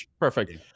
perfect